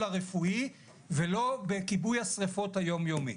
הרפואי ולא בכיבוי השריפות היומיומי.